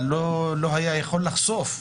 אבל לא היה יכול לחשוף.